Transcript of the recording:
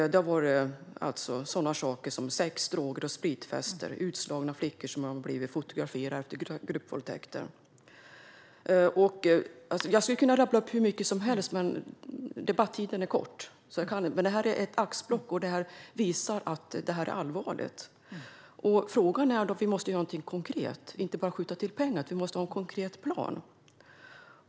Det har varit sådana saker som sex, droger och spritfester och utslagna flickor som blivit fotograferade under gruppvåldtäkter. Jag skulle kunna rabbla upp hur mycket som helst, men debattiden är kort. Det här är ett axplock. Det visar att det är allvarligt. Vi måste göra någonting konkret och inte bara skjuta till pengar. Vi måste ha en konkret plan.